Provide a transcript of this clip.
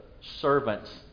servants